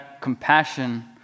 compassion